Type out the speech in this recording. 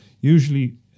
usually